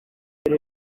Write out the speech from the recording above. aho